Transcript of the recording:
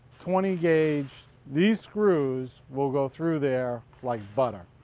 twenty gauge these screws will go through there like butter.